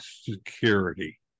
security